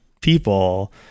people